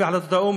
לפי החלטות האו"ם,